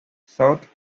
south